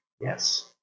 Yes